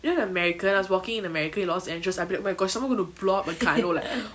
you know in america I was walking in america in los angeles I'll be like oh my gosh is someone going to blow up a gun or like